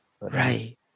right